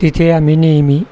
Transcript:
तिथे आम्ही नेहमी